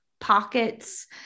pockets